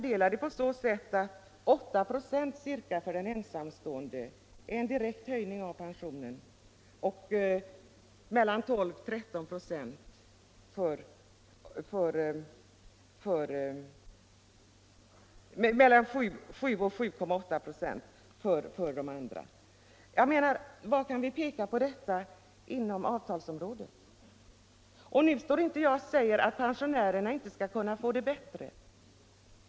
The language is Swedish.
Då ser vi att ca 8 26 för den ensamstående och mellan 7 och 7,8 96 för pensionärsparen är en direkt höjning av pensionen. Var kan vi finna liknande inom avtalsområdet? Nu står inte jag och säger att pensionärerna inte skall kunna få det bättre.